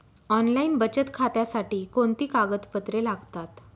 Online बचत खात्यासाठी कोणती कागदपत्रे लागतात?